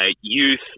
youth